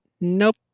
nope